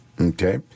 Okay